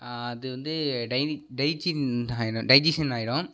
அது வந்து டைனி டைஜின் ஆகிடும் டைஜிஷன் ஆகிடும்